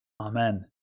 Amen